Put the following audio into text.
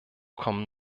kommen